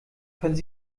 können